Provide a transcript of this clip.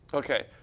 okay.